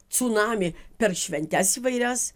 cunamį per šventes įvairias